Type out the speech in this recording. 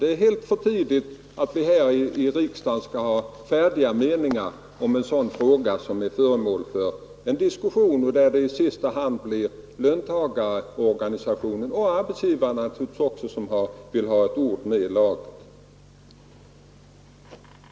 Det är alldeles för tidigt för oss att här i riksdagen ha några färdiga meningar om en sådan fråga, som ju är föremål för diskussion och där det i sista hand blir löntagarorganisationerna och arbetsgivarna som vill ha ett ord med i laget.